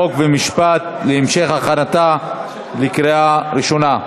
חוק ומשפט להכנתה לקריאה ראשונה.